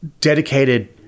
dedicated